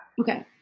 Okay